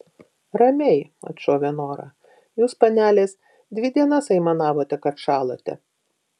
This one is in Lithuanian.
ramiai atšovė nora jūs panelės dvi dienas aimanavote kad šąlate